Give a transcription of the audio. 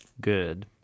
good